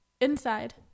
Inside